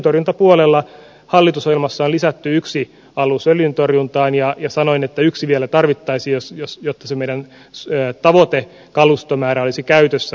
öljyntorjuntapuolella hallitusohjelmassa on lisätty yksi alus öljyntorjuntaan ja sanoin että yksi vielä tarvittaisiin jotta se meidän tavoitekalustomäärämme olisi käytössä